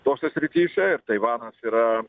tose srityse ir taivanas yra